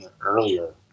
earlier